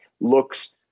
looks